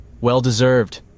well-deserved